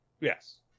Yes